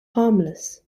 harmless